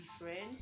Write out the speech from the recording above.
friends